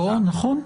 נכון.